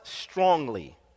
strongly